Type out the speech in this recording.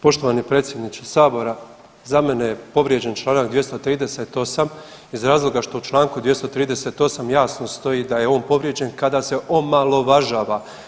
Poštovani predsjedniče sabora za mene je povrijeđen Članak 238. iz razloga što u Članku 238. jasno stoji da je on povrijeđen kada se omalovažava.